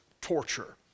torture